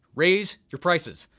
raise your prices,